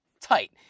tight